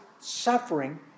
suffering